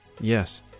Yes